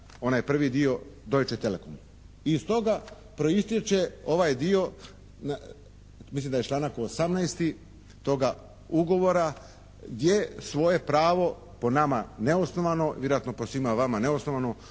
onaj prvi dio Deutsche Telekomu. I iz toga proistječe ovaj dio, mislim da je članak 18. toga ugovora gdje svoje pravo po nama neosnovano vjerojatno po svima vama neosnovano